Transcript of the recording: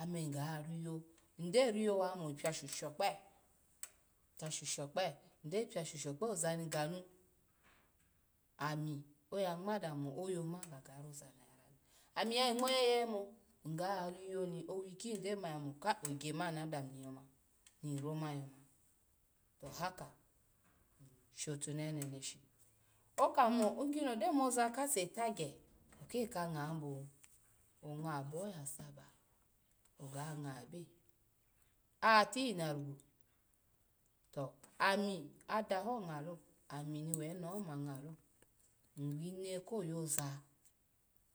ame nga riyo, ndo riyo wa amo pyashu sho okpe, pyashu okpe nda pyashu sho okpe oza ni ganu ami oya ngma dami mo ga ga roza na ra ni, ami yayi ngmo yeye mbo, nga nyo owikyi nde ma nyya kamo kai ogye man na dami yoma ni nro man yoma to haka nshotunehe neneshi okamo nkini odo moza kase tagye ke ka nga bo onga abo ya saba oga nga ebye, a-tinarigwu to ami ado ho nga lo ami ma we ene ho ma nga lo, nwine ko yoza